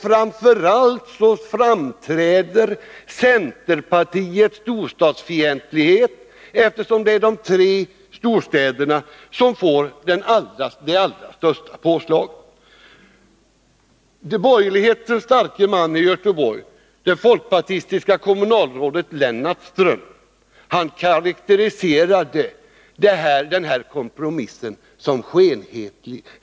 Framför allt framträder centerpartiets storstadsfientlighet, eftersom det är de tre storstäderna som får det Borgerlighetens starke man i Göteborg, det folkpartistiska kommunalrådet Lennart Ström, karakteriserar den här kompromissen som skenhelig.